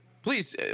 Please